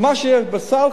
כי מה שיש בסל,